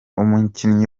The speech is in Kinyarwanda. umukinnyi